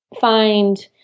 find